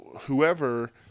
whoever